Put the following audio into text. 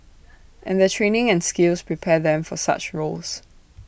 and their training and skills prepare them for such roles